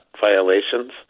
violations